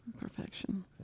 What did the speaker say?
Perfection